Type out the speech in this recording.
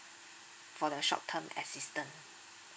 for the short term assistance